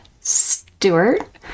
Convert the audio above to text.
Stewart